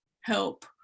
help